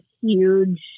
huge